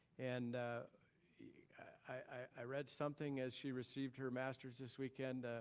and i read something as she received her master's this weekend,